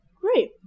great